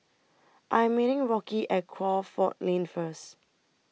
I'm meeting Rocky At Crawford Lane First